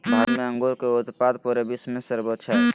भारत में अंगूर के उत्पाद पूरे विश्व में सर्वोच्च हइ